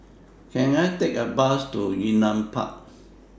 Can I Take A Bus to Yunnan Park